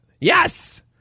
Yes